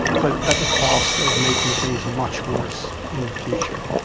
but at the cost of making things much worse in the future.